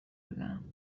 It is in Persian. بودم